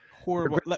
Horrible